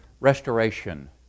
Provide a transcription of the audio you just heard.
Restoration